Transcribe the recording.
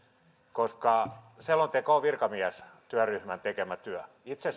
koska selonteko on virkamiestyöryhmän tekemä työ itse